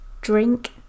drink